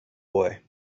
boy